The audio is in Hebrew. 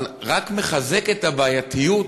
אבל רק מחזק את הבעייתיות,